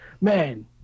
man